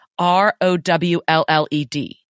R-O-W-L-L-E-D